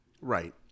Right